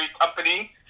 Company